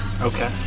Okay